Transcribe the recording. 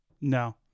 No